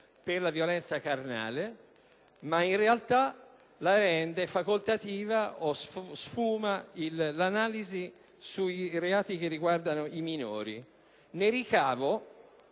per la violenza carnale, ma in realtà lo rende facoltativo o sfuma l'analisi sui reati che riguardano i minori. Ne ricavo,